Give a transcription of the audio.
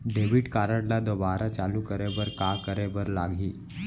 Debit card ला दोबारा चालू करे बर का करे बर लागही?